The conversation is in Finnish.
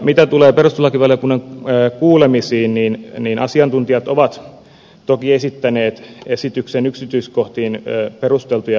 mitä tulee perustuslakivaliokunnan kuulemisiin niin asiantuntijat ovat toki esittäneet esityksen yksityiskohtiin perusteltuja huomioita